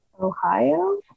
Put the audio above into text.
Ohio